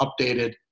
updated